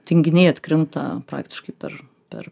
tinginiai atkrinta praktiškai per per